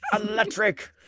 electric